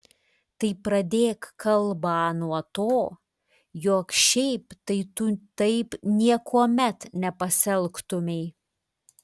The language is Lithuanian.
tai pradėk kalbą nuo to jog šiaip tai tu taip niekuomet nepasielgtumei